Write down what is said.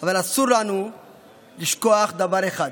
אבל אסור לנו לשכוח דבר אחד,